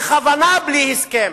בכוונה בלי הסכם,